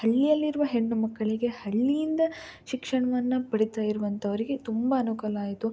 ಹಳ್ಳಿಯಲ್ಲಿರುವ ಹೆಣ್ಣು ಮಕ್ಕಳಿಗೆ ಹಳ್ಳಿಯಿಂದ ಶಿಕ್ಷಣವನ್ನು ಪಡಿತಾ ಇರುವಂಥವರಿಗೆ ತುಂಬ ಅನುಕೂಲ ಆಯಿತು